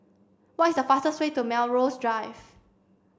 what is the fastest way to Melrose Drive